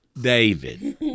David